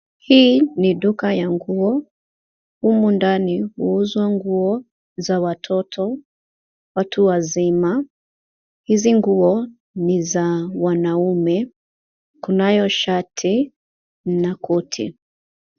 Hii ni duka ya nguo. Humu ndani huuzwa nguo za watoto, watu wazima. Hizi nguo ni za wanaume, kunayo shati na koti.